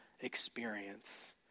experience